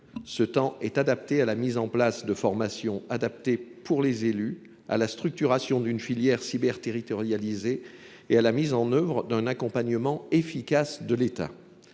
Ce temps permettra la mise en place de formations adaptées pour les élus, la structuration d’une filière cyber territorialisée et la mise en œuvre d’un accompagnement efficace de l’État.